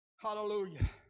Hallelujah